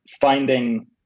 finding